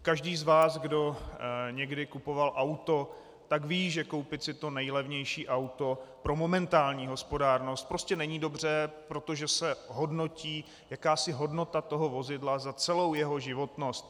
Každý z vás, kdo někdy kupoval auto, ví, že koupit si to nejlevnější auto pro momentální hospodárnost prostě není dobře, protože se hodnotí jakási hodnota toho vozidla za celou jeho životnost.